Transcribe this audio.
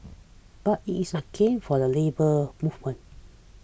but it is a gain for the Labour Movement